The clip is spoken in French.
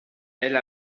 elle